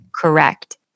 Correct